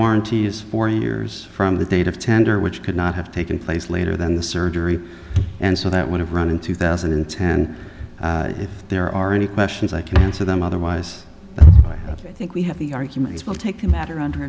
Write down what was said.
warranty is four years from the date of tender which could not have taken place later than the surgery and so that would have run in two thousand and ten if there are any questions i can answer them on the whys of it i think we have the arguments will take the matter under